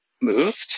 moved